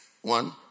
one